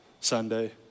Sunday